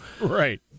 right